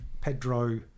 Pedro